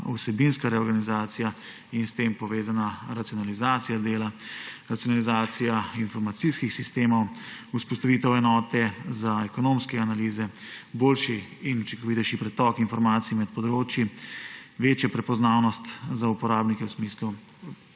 vsebinska reorganizacija in s tem povezana racionalizacija dela; racionalizacija informacijskih sistemov; vzpostavitev enote za ekonomske analize; boljši in učinkovitejši pretok informacij med področji; večja prepoznavnost za uporabnike v smislu